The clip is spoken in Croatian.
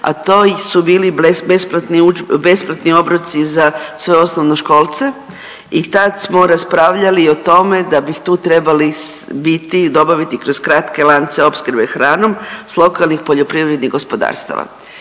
a to su bili besplatni obroci za sve osnovnoškolce i tad smo raspravljali i o tome da bi tu trebali biti i dobaviti kroz kratke lance opskrbe hranom sa lokalnih poljoprivrednih gospodarstava.